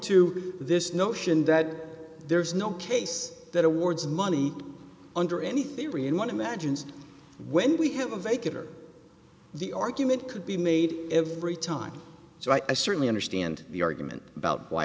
to this notion that there is no case that awards money under any theory in one dollar imagines when we have a kit or the argument could be made every time so i certainly understand the argument about why